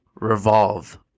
revolve